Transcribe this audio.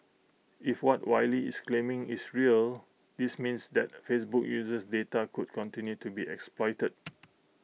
if what Wylie is claiming is real this means that Facebook user data could continue to be exploited